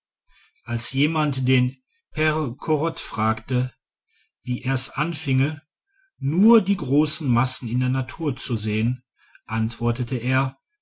als jemand den pre corot fragte wie er's anfinge nur die großen massen in der natur zu sehen antwortete er